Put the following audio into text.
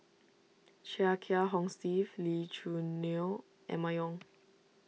Chia Kiah Hong Steve Lee Choo Neo Emma Yong